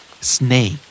Snake